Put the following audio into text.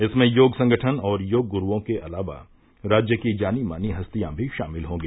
इसमें योग संगठन और योग गुरूओं के अलावा राज्य की जानी मानी हस्तियां भी शामिल होंगी